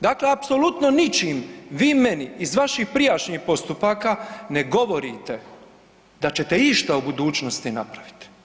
Dakle, apsolutno ničim vi meni iz vaših prijašnjih postupaka ne govorite da ćete išta u budućnosti napraviti.